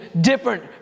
different